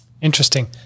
Interesting